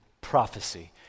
prophecy